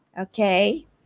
Okay